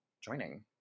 Joining